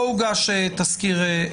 לא הוגש תסקיר.